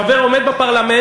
חבר עומד בפרלמנט,